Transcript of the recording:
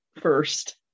first